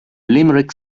limerick